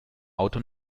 auto